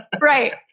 Right